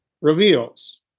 reveals